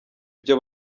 ibyo